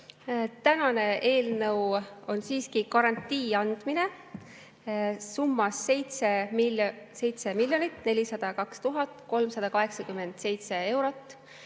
Tänane eelnõu on siiski garantii andmine summas 7 402 387 eurot,